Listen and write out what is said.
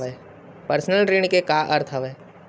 Personal ऋण के का अर्थ हवय?